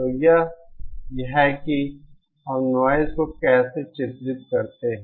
तो यह है कि हम नॉइज़ को कैसे चित्रित करते हैं